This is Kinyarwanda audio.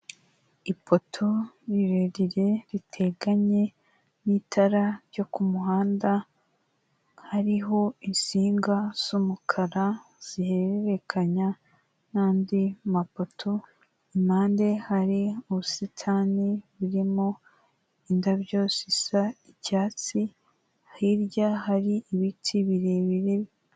Ipoto rirerire riteganye n'itara ryo ku muhanda hariho insinga zumukara zihererekanya n'andi mapoto, impande hari ubusitani burimo indabyo zisa icyatsi, hirya hari ibiti birebire.